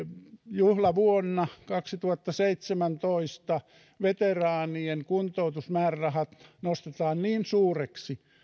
juhlavuonna kaksituhattaseitsemäntoista veteraanien kuntoutusmäärärahat nostetaan niin suuriksi